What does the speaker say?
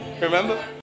Remember